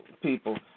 people